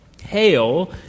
hail